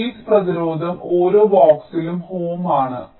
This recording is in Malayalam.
ഷീറ്റ് പ്രതിരോധം ഓരോ ബോക്സിലും ohm ആണ്